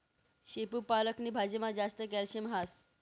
शेपू पालक नी भाजीमा जास्त कॅल्शियम हास